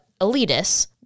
elitists